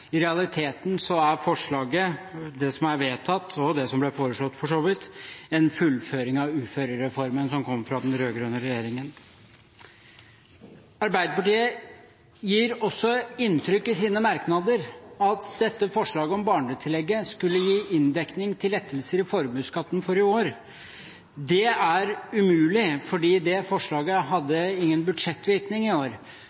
I realiteten er forslaget – det som er vedtatt, og det som ble foreslått, for så vidt – en fullføring av uførereformen som kom fra den rød-grønne regjeringen. Arbeiderpartiet gir også i sine merknader inntrykk av at dette forslaget om barnetillegget skulle gi inndekning til lettelser i formuesskatten for i år. Det er umulig, for det forslaget hadde ingen budsjettvirkning i år.